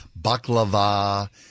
baklava